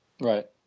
Right